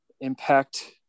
Impact